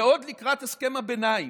ועוד לקראת הסכם הביניים,